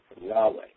Yahweh